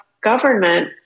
government